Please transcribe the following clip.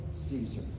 Caesar